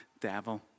devil